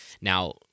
Now